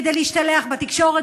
כדי להשתלח בתקשורת,